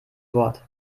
wort